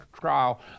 trial